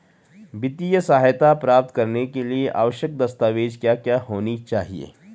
वित्तीय सहायता प्राप्त करने के लिए आवश्यक दस्तावेज क्या क्या होनी चाहिए?